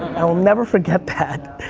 i will never forget that.